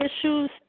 issues